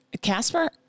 Casper